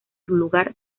lugar